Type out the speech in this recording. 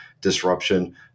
disruption